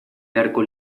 beharko